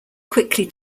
quickly